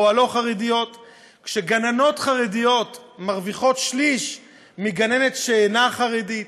או הלא-חרדיות; כשגננות חרדיות מרוויחות שליש מגננת שאינה חרדית,